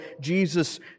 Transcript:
Jesus